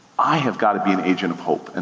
i have gotta be an agent of hope. and